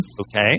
okay